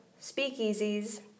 speakeasies